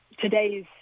today's